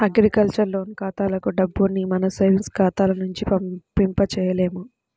agriculture loan ఖాతాలకు డబ్బుని మన సేవింగ్స్ ఖాతాల నుంచి పంపించలేము